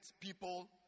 people